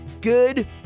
good